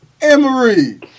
Emory